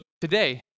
today